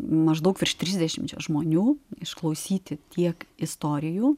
maždaug virš trisdešimčia žmonių išklausyti tiek istorijų